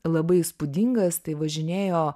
labai įspūdingas tai važinėjo